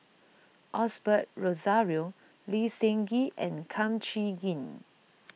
Osbert Rozario Lee Seng Gee and Kum Chee Kin